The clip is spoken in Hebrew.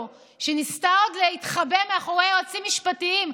שניסתה להתחבא מאחורי יועצים משפטיים,